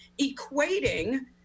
equating